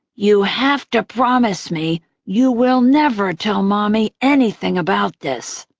you have to promise me you will never tell mommy anything about this.